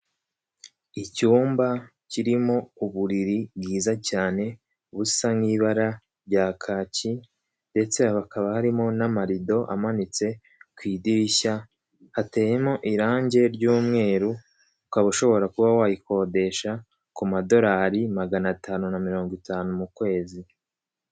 Icyumba kirimo uburiri bwiza cyane, busa nk'ibara rya kaki, ndetse hakaba harimo n'amarido amanitse ku idirishya, hateyemo irangi ry'umweru, ukaba ushobora kuba wayikodesha ku madorari magana atanu na mirongo itanu mu kwezi.